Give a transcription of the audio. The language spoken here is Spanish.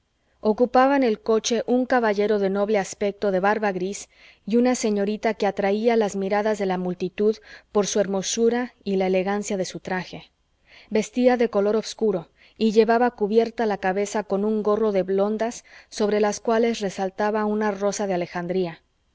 ocupaban el coche un caballero de noble aspecto de barba gris y una señorita que atraía las miradas de la multitud por su hermosura y la elegancia de su traje vestía de color obscuro y llevaba cubierta la cabeza con un gorro de blondas sobre las cuales resaltaba una rosa de alejandría